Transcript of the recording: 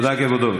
תודה, כבודו.